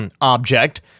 object